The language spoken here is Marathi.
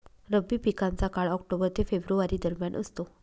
रब्बी पिकांचा काळ ऑक्टोबर ते फेब्रुवारी दरम्यान असतो